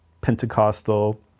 Pentecostal